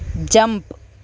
jump